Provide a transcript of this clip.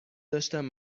داشتم